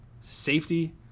safety